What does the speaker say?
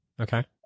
Okay